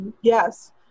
Yes